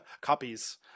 copies